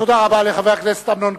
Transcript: תודה רבה לחבר הכנסת